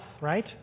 Right